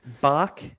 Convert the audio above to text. Bach